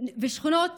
לשכונות